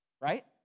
right